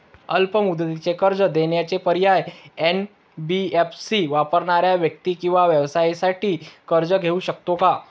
अल्प मुदतीचे कर्ज देण्याचे पर्याय, एन.बी.एफ.सी वापरणाऱ्या व्यक्ती किंवा व्यवसायांसाठी कर्ज घेऊ शकते का?